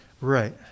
right